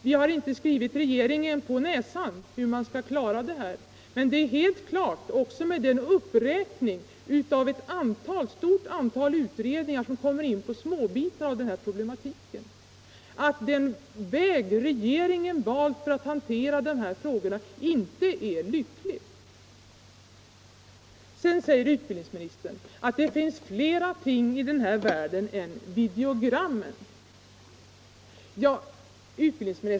Vi har inte skrivit regeringen på näsan hur detta skall genomföras, men det är helt klart — inte minst efter utbildningsministerns uppräkning av ett stort antal utredningar som kommer in på småbitar av den här problematiken — att den väg som regeringen valt att gå för att ta del av dessa frågor inte är lycklig. Sedan säger utbildningsministern att det finns flera ting i den här världen än videogrammen.